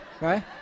Right